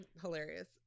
Hilarious